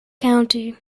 county